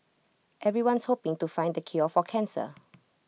everyone's hoping to find the cure for cancer